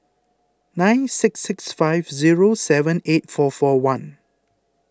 nine six six five zero seven eight four four one